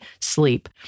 sleep